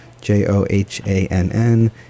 J-O-H-A-N-N